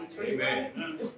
Amen